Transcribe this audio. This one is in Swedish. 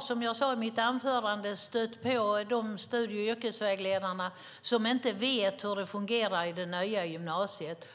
Som jag sade i mitt anförande har jag stött på studie och yrkesvägledare som inte vet hur det fungerar i det nya gymnasiet.